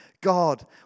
God